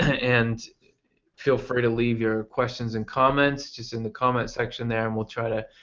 and feel free to leave your questions and comments just in the comments section there and we'll try to.